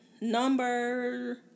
Number